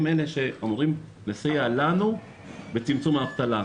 הם אלה שאמורים לסייע לנו בצמצום האבטלה.